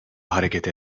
hareket